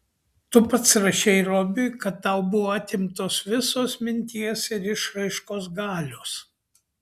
tu pats rašei robiui kad tau buvo atimtos visos minties ir išraiškos galios